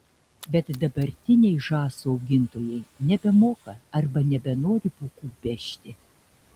bet dabartiniai žąsų augintojai nebemoka arba nebenori pūkų pešti